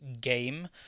game